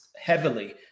heavily